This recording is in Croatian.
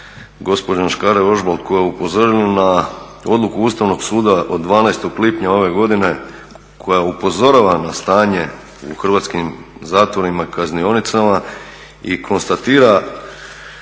gospođom Škare-Ožbolt koja je upozorila na odluku Ustavnog suda od 12. lipnja ove godine koja upozorava na stanje u hrvatskim zatvorima i kaznionicama i konstatira